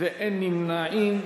ואין נמנעים.